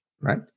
right